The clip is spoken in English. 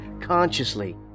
consciously